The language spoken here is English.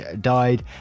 died